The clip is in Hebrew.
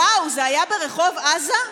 וואו, זה היה ברחוב עזה?